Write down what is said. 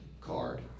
card